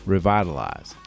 Revitalize